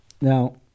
now